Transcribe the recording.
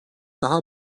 daha